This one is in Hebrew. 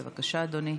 בבקשה, אדוני.